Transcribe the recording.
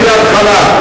מההתחלה.